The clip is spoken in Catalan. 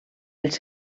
els